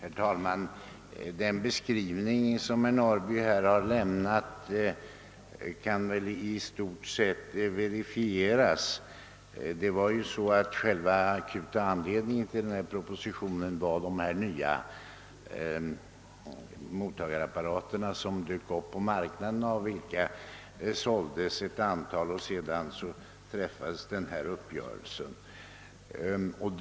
Herr talman! Den beskrivning som herr Norrby lämnade kan i stort sett verifieras. Den egentliga anledningen till propositionen var de nya mottagarapparater som dök upp på marknaden och av vilka det såldes ett antal, innan den här uppgörelsen mellan de båda företagen träffades.